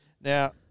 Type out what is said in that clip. Now